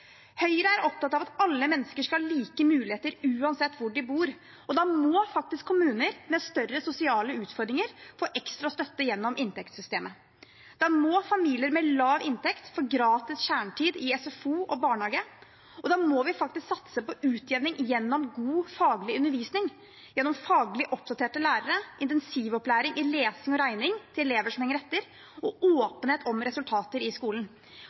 Høyre er opptatt av at alle mennesker skal ha like muligheter, uansett hvor de bor. Da må faktisk kommuner med større sosiale utfordringer få ekstra støtte gjennom inntektssystemet. Da må familier med lav inntekt få gratis kjernetid i SFO og barnehage, og da må vi faktisk satse på utjevning gjennom god faglig undervisning, gjennom faglig oppdaterte lærere, intensivopplæring i lesing og regning til elever som henger etter, og åpenhet om resultater i skolen.